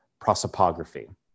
prosopography